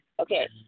Okay